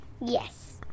Yes